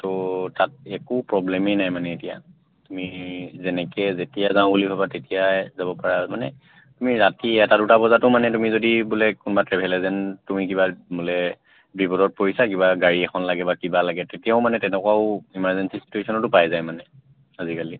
ত' তাত একো প্ৰব্লেমেই নাই মানে এতিয়া তুমি যেনেকৈ যেতিয়া যাওঁ বুলি ভাবা তেতিয়াই যাব পাৰা মানে তুমি ৰাতি এটা দুটা বজাতো মানে তুমি যদি বোলে কোনোবা ট্ৰেভেল এজেণ্ট তুমি কিবা বোলে বিপদত পৰিছা কিবা গাড়ী এখন লাগে বা কিবা লাগে তেতিয়াও মানে তেনেকুৱাও ইমাৰ্জেঞ্চি ছিটুৱেশ্যনতো পাই যায় মানে আজিকালি